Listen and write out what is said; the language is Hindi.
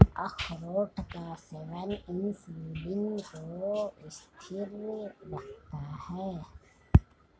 अखरोट का सेवन इंसुलिन को स्थिर रखता है